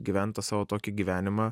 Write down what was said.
gyvent tą savo tokį gyvenimą